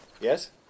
Yes